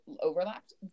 overlapped